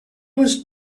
was